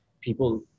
people